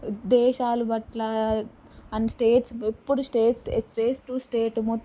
దేశాల పట్ల and states ఎప్పుడు స్టేట్స్ స్టేట్ టూ స్టేట్